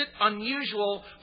unusual